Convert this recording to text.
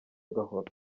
gahoro